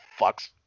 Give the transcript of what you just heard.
fucks